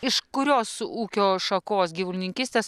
iš kurios ūkio šakos gyvulininkystės